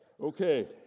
okay